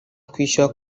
kwishyura